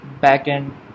back-end